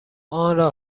آنرا